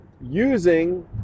using